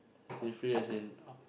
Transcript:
safely as in uh